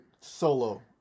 solo